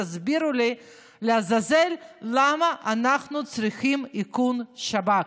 תסביר לי לעזאזל למה אנחנו צריכים איכון שב"כ?